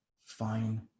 Fine